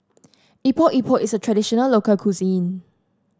Epok Epok is a traditional local cuisine